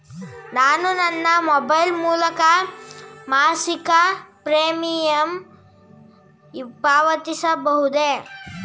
ನಾನು ನನ್ನ ಮೊಬೈಲ್ ಮೂಲಕ ಮಾಸಿಕ ಪ್ರೀಮಿಯಂ ಪಾವತಿಸಬಹುದೇ?